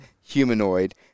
humanoid